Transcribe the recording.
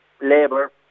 labour